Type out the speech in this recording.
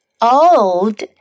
old